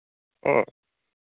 ᱦᱮᱸ